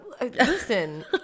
listen